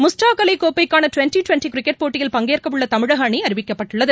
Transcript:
முஸ்டாக் அவி கோப்பைக்காள twenty twenty cricket போட்டியில் பங்கேற்க உள்ள தமிழக அணி அறிவிக்கப்பட்டுள்ளது